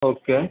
okay